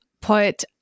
put